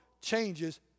changes